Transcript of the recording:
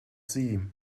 sie